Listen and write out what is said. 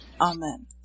Amen